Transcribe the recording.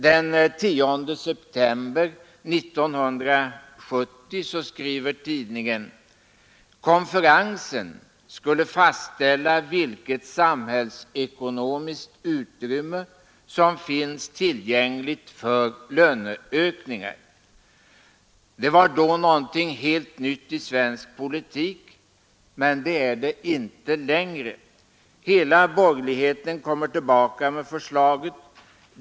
Den 10 september 1970 skrev tidningen att konferensen skulle ”fastställa vilket samhällsekonomiskt utrymme som finns tillgängligt för löneökningar”. Det var då någonting helt nytt i svensk politik, men det är det inte längre. Hela borgerligheten kom tillbaka med förslaget.